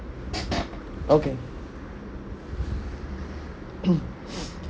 okay